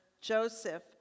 Joseph